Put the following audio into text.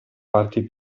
parti